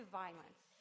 violence